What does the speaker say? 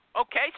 Okay